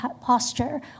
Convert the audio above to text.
posture